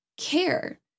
care